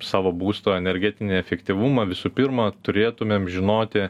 savo būsto energetinį efektyvumą visų pirma turėtumėm žinoti